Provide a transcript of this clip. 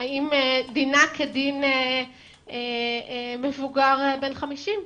האם דינה כדין מבוגר בן 50?